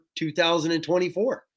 2024